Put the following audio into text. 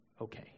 okay